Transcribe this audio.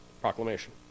proclamation